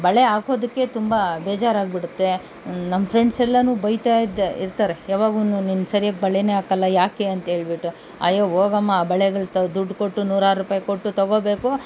ಬಳೆ ಹಾಕೋದಕ್ಕೆ ತುಂಬ ಬೇಜಾರಾಗಿ ಬಿಡುತ್ತೆ ನಮ್ಮ ಫ್ರೆಂಡ್ಸ್ ಎಲ್ಲರು ಬೈತಾ ಇದು ಇರ್ತಾರೆ ಯಾವಾಗಲು ನೀನು ಸರಿಯಾಗಿ ಬಳೆಯೇ ಹಾಕೋಲ್ಲ ಏಕೆ ಅಂತ ಹೇಳ್ಬಿಟ್ಟು ಅಯ್ಯೋ ಹೋಗಮ್ಮ ಆ ಬಳೆಗಳು ತ ದುಡ್ಡು ಕೊಟ್ಟು ನೂರಾರು ರೂಪಾಯಿ ಕೊಟ್ಟು ತೊಗೋಬೇಕು